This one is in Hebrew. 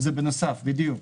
זה בנוסף, בדיוק.